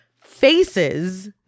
faces